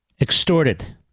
Extorted